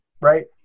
right